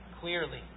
clearly